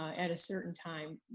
ah at a certain time.